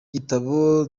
gitabo